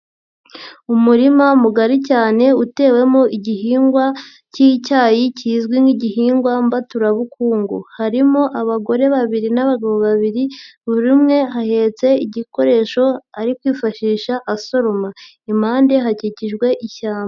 Umurima mugari cyane utewemo igihingwa cy'icyayi kizwi nk'igihingwa mbaturabukungu, harimo abagore babiri n'abagabo babiri, buri umwe ahetse igikoresho ari kwifashisha asoroma, impande hakijijwe ishyamba.